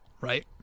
right